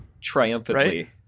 triumphantly